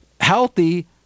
healthy